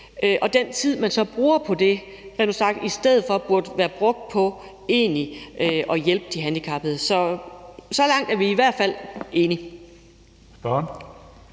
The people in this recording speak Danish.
Og den tid, man så bruger på det, burde rent ud sagt i stedet være brugt på egentlig at hjælpe de handicappede. Så så langt er vi i hvert fald enige.